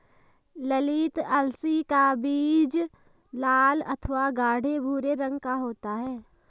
ललीत अलसी का बीज लाल अथवा गाढ़े भूरे रंग का होता है